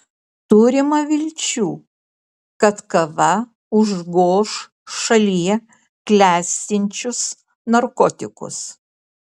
turima vilčių kad kava užgoš šalyje klestinčius narkotikus